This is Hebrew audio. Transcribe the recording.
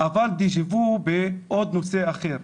אבל גם דז'ה וו בעוד נושא, אחר.